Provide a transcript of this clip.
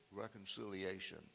reconciliation